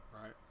Right